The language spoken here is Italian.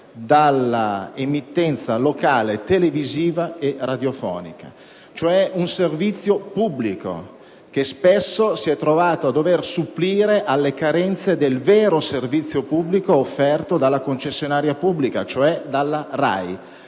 dall'emittenza locale televisiva e radiofonica: si tratta di un servizio pubblico che spesso si è trovato a dover supplire alle carenze del vero servizio pubblico offerto dalla concessionaria pubblica, cioè la RAI.